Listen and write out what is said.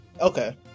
Okay